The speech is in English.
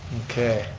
okay.